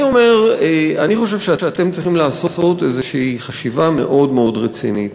אני חושב שאתם צריכים לעשות איזושהי חשיבה מאוד רצינית.